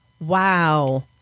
Wow